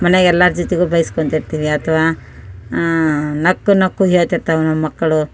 ಮನೆಯಾಗ್ ಎಲ್ಲಾರ ಜೊತೆಗೂ ಬೈಸ್ಕೊತಿರ್ತೀವಿ ಅಥ್ವಾ ನಕ್ಕು ನಕ್ಕು ಹೇಳ್ತಿರ್ತವೆ ನಮ್ಮ ಮಕ್ಕಳು